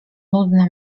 nudna